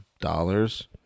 dollars